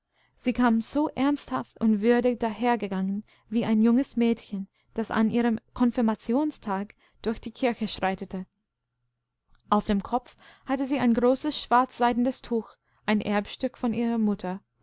sie kam so ernsthaft und würdig dahergegangen wie ein junges mädchen dasanihremkonfirmationstagdurchdiekircheschreitet aufdem kopf hatte sie ein großes schwarzseidenes tuch ein erbstück von ihrer mutter